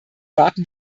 warten